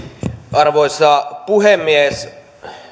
arvoisa puhemies